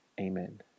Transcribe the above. amen